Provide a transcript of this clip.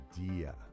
idea